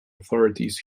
authorities